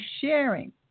sharing